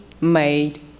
made